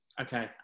Okay